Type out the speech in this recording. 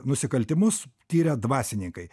nusikaltimus tiria dvasininkai